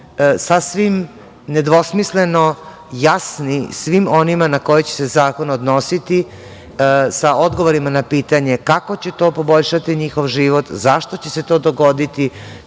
sasvim nedvosmisleno jasni svim onima na koje će se zakon odnositi sa odgovorima na pitanje kako će to poboljšati njihov život, zašto će se to dogoditi,